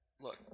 look